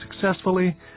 successfully